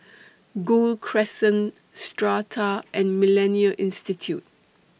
Gul Crescent Strata and Millennia Institute